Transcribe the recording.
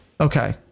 Okay